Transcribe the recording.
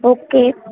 okay